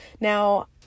Now